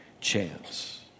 chance